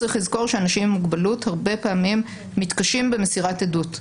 צריך לזכור שאנשים עם מוגבלות הרבה פעמים מתקשים במסירת עדות,